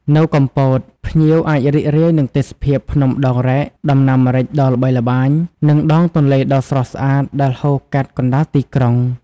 នៅកំពត ភ្ញៀវអាចរីករាយនឹងទេសភាពភ្នំដងរែក ដំណាំម្រេចដ៏ល្បីល្បាញ និងដងទន្លេដ៏ស្រស់ស្អាត ដែលហូរកាត់កណ្តាលទីក្រុង។